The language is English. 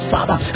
Father